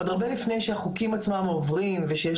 עוד הרבה לפני שהחוקים עצמם עוברים ושיש